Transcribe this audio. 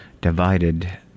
divided